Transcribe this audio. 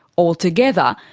altogether,